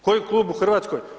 Koji klub u Hrvatskoj?